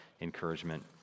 encouragement